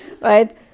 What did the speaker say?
right